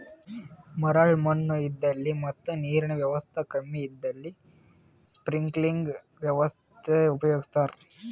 ಮರಳ್ ಮಣ್ಣ್ ಇದ್ದಲ್ಲಿ ಮತ್ ನೀರಿನ್ ವ್ಯವಸ್ತಾ ಕಮ್ಮಿ ಇದ್ದಲ್ಲಿ ಸ್ಪ್ರಿಂಕ್ಲರ್ ವ್ಯವಸ್ಥೆ ಉಪಯೋಗಿಸ್ತಾರಾ